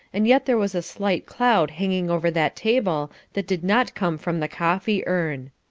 and yet there was a slight cloud hanging over that table that did not come from the coffee-urn.